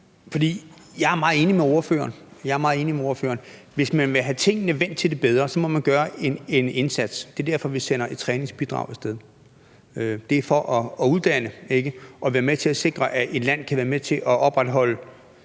Jeg er meget enig med ordføreren. Hvis man vil have tingene vendt til det bedre, må man gøre en indsats. Det er derfor, vi sender et træningsbidrag af sted, det er for at uddanne og være med til at sikre, at et land kan være med til at opretholde